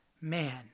man